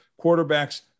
quarterbacks